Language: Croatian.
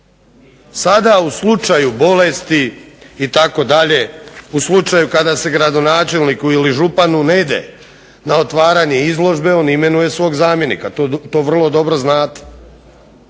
Sada u slučaju bolesti itd., u slučaju kada se gradonačelniku ili županu ne ide na otvaranje izložbe on imenuje svog zamjenika to vrlo dobro znate.